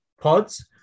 pods